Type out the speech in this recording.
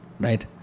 right